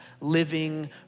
living